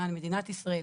למען מדינת ישראל,